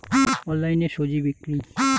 অনলাইনে স্বজি বিক্রি?